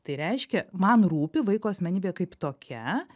tai reiškia man rūpi vaiko asmenybė kaip tokia